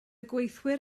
gweithwyr